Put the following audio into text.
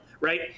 right